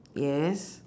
yes